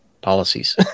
policies